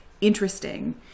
interesting